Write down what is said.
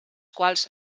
quals